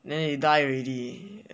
then they die already